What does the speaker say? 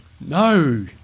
No